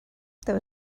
there